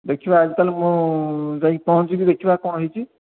ଦେଖିବା ଅଜି ତା'ହେଲେ ମୁଁ ଯାଇକି ପହଞ୍ଚିବି ଦେଖିବା କ'ଣ ହୋଇଛି